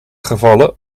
gevallen